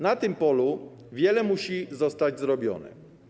Na tym polu wiele musi zostać zrobione.